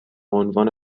عنوان